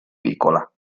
piccola